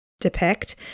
depict